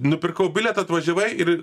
nupirkau bilietą atvažiavai ir